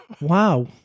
Wow